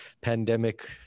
pandemic